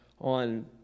on